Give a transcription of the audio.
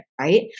right